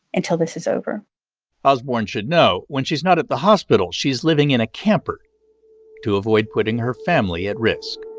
until this is over osborn should know. when she's not at the hospital, she's living in a camper to avoid putting her family at risk